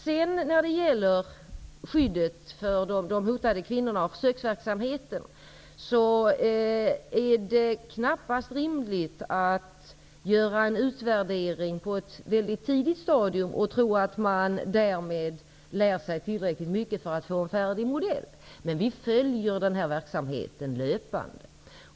När det sedan gäller skyddet för de hotade kvinnorna och försöksverksamhet, är det knappast rimligt att göra en utvärdering på ett mycket tidigt stadium och tro att man därmed lär sig tillräckligt mycket för att få en färdig modell. Men vi följer löpande denna verksamhet.